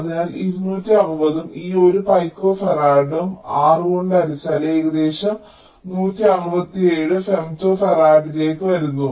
അതിനാൽ 260 ഉം ഈ 1 പിക്കോഫറാഡും 6 കൊണ്ട് ഹരിച്ചാൽ ഏകദേശം 167 ഫെംറ്റോ ഫറാഡിലേക്ക് വരുന്നു